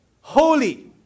holy